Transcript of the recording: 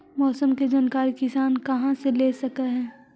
मौसम के जानकारी किसान कहा से ले सकै है?